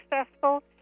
successful